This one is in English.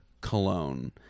cologne